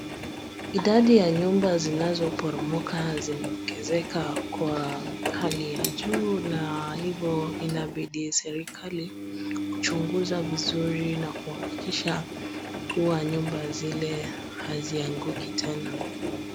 Idadi ya nyumba zinazoporomoka zimeongezeka kwa hali ya juu na hivo inabidi serikali kuchunguza vizuri na kuhakikisha kuwa nyumba zile hazianguki tena.